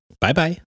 Bye-bye